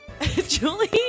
Julie